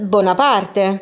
Bonaparte